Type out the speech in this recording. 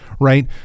right